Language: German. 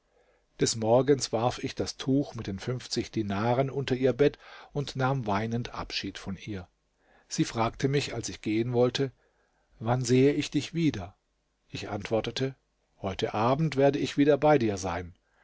des morgens warf ich das tuch mit den dinaren unter ihr bett und nahm weinend abschied von ihr sie fragte mich als ich gehen wollte wann sehe ich dich wieder ich antwortete heute abend werde ich wieder bei dir sein